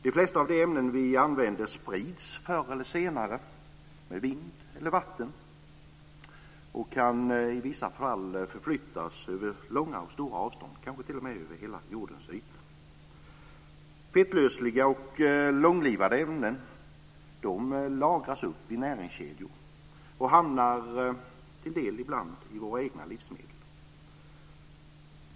De flesta av de ämnen vi använder sprids förr eller senare, med vind eller vatten. De kan i vissa fall förflyttas långa avstånd, kanske t.o.m. över hela jordens yta. Fettlösliga och långlivade ämnen lagras i näringskedjor och hamnar ibland i våra egna livsmedel.